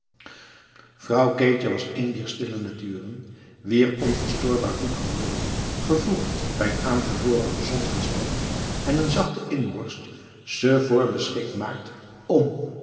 vrouw keetje was een dier stille naturen wier onverstoorbaar goed humeur gevoegd bij een aangeboren gezond verstand en een zachte inborst ze voorbeschikt maakt om